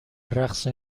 رقص